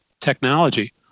technology